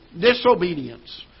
Disobedience